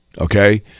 Okay